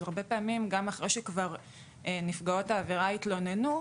אז הרבה פעמים גם אחרי שכבר נפגעות העבירה התלוננו,